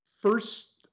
first